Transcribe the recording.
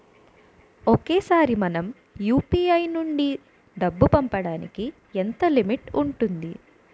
ఒకేసారి మనం యు.పి.ఐ నుంచి డబ్బు పంపడానికి ఎంత లిమిట్ ఉంటుంది?